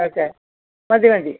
okay മതി മതി